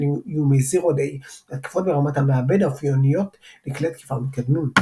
איומי Zero Day – התקפות ברמת המעבד האופייניות לכלי תקיפה מתקדמים.